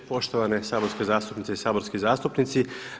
Poštovane saborske zastupnice i saborski zastupnici.